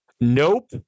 Nope